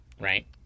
right